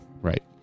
Right